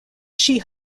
she